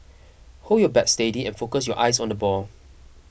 hold your bat steady and focus your eyes on the ball